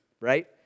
right